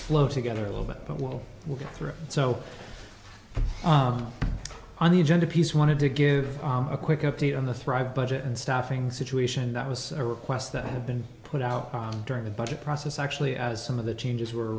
flow together a little bit but while we're going through so on the agenda piece wanted to give a quick update on the thrive budget and staffing situation that was a request that had been put out during the budget process actually as some of the changes were